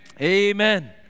Amen